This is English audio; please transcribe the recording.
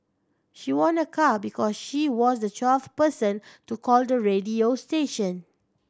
she won a car because she was the twelfth person to call the radio station